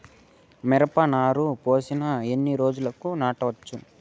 మిరప నారు పోసిన ఎన్ని రోజులకు నాటచ్చు?